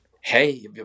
Hey